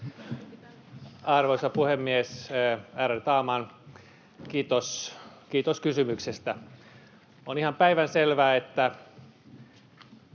Arvoisa puhemies, ärade talman! Kiitos kysymyksestä. On ihan päivänselvää, että